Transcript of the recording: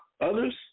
others